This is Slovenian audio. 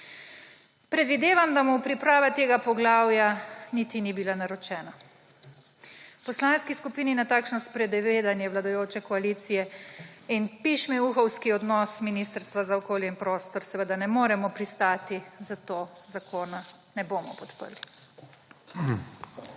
Predvidevam, da mu priprava tega poglavja niti ni bila naročena. V poslanski skupini na takšno sprenevedanje vladajoče koalicije in pišmeuhovski odnos Ministrstva za okolje in prostor seveda ne moremo pristati, zato zakona ne bomo podprli.